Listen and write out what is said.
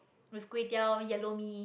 with kway-teow yellow mee